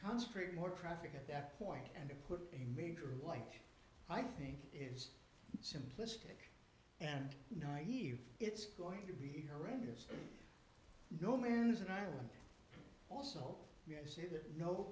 consecrate more traffic at that point and to put a major life i think it's simplistic and naive it's going to be horrendous no man's an island also say that no